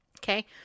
Okay